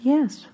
Yes